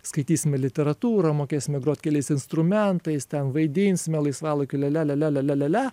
skaitysime literatūrą mokėsime grot keliais instrumentais ten vaidinsime laisvalaikiu lia lia lia lia lia lia lia lia